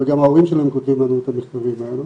וגם ההורים שלהם כותבים לנו את המכתבים האלה.